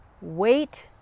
Wait